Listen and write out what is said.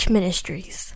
Ministries